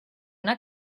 una